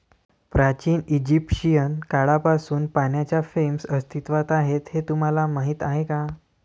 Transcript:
प्राचीन इजिप्शियन काळापासून पाण्याच्या फ्रेम्स अस्तित्वात आहेत हे तुम्हाला माहीत आहे का?